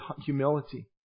humility